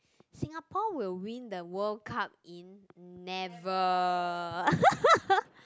Singapore will win the World Cup in never